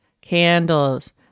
candles